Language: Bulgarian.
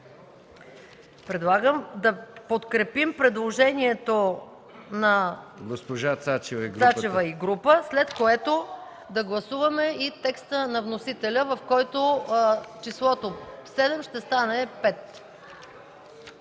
Предлагам да подкрепим предложението на госпожа Цачева и група народни представители, след което да гласуваме и текста на вносителя, в който числото „7” ще стане „5”.